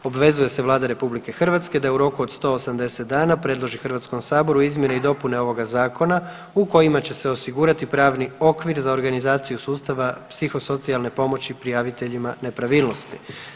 Obvezuje se Vlada RH da u roku od 180 dana predloži Hrvatskom saboru izmjene i dopune ovoga zakona u kojima će se osigurati pravni okvir za organizaciju sustava psihosocijalne pomoći prijaviteljima nepravilnosti.